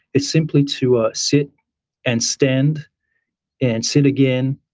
is simply to ah sit and stand and sit again,